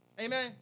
Amen